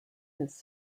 his